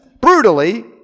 brutally